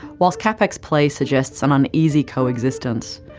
while capek's play suggested an uneasy co-existence,